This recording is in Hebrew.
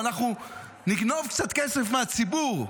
נגנוב קצת כסף מהציבור,